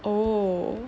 oh